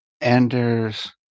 Anders